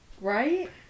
Right